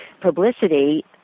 publicity